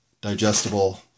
digestible